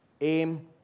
aim